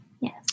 yes